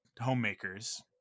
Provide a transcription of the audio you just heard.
homemakers